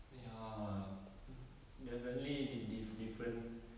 ya mm definitely dif~ dif~ different